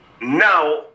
now